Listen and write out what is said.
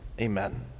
Amen